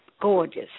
gorgeous